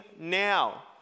now